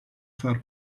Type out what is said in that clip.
far